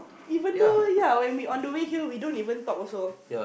even though yeah when we on the way here we don't even talk also